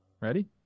Ready